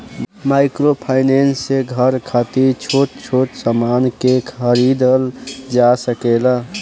microfinance से घर खातिर छोट छोट सामान के खरीदल जा सकेला